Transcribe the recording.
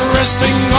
resting